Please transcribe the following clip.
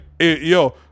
yo